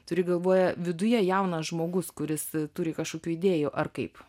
turi galvoje viduje jaunas žmogus kuris turi kažkokių idėjų ar kaip